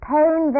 Pain